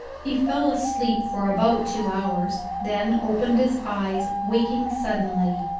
he fell asleep for about two hours, then opened his eyes, waking suddenly.